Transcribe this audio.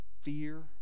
Fear